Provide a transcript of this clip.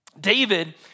David